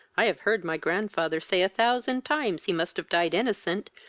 i have heard my grandfather say a thousand times he must have died innocent,